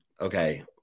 okay